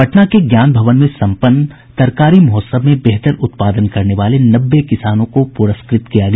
पटना के ज्ञान भवन में सम्पन्न तरकारी महोत्सव में बेहतर उत्पादन करने वाले नब्बे किसानों को पुरस्कृत किया गया